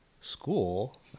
school